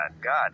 God